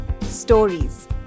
Stories